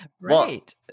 Right